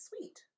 sweet